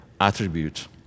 attribute